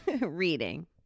reading